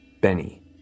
Benny